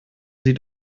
sie